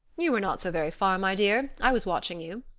you were not so very far, my dear i was watching you,